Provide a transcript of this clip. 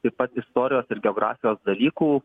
taip pat istorijos ir geografijos dalykų